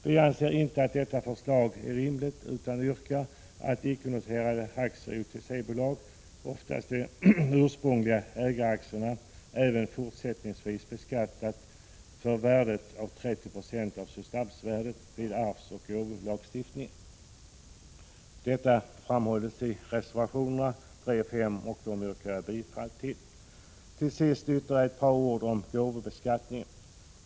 Vi anser inte att detta förslag är rimligt och yrkar att icke-noterade aktier i OTC-bolag — oftast de ursprungliga ägaraktierna — även fortsättningsvis beskattas för 30 26 av substansvärdet vid arvsoch gåvobeskattning. — Detta begärs i reservation 5, som jag yrkar bifall till. Till sist ytterligare några ord om gåvobeskattningen.